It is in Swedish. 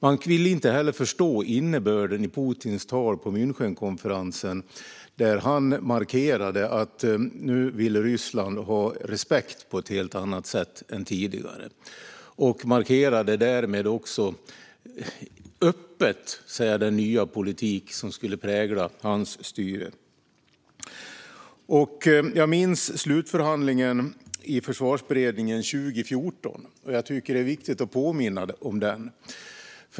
Man ville inte heller förstå innebörden i Putins tal på Münchenkonferensen där han markerade att Ryssland nu ville ha respekt på ett helt annat sätt än tidigare. Han markerade därmed också öppet den nya politik som skulle prägla hans styre. Jag minns slutförhandlingen i Försvarsberedningen 2014. Det är viktigt att påminna om den.